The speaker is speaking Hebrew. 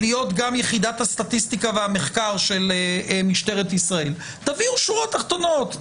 להיות גם יחידת הסטטיסטיקה והמחקר של משטרת ישראל תביאו שורות תחתונות,